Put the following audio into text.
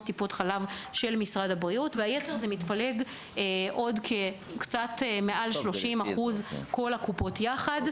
חלב של משרד הבריאות והיתר מתפלגים קצת מעל 30% של כל הקופות יחדיו.